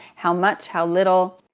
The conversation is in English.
how much. how little.